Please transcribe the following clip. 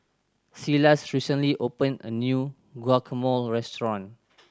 Silas recently opened a new Guacamole Restaurant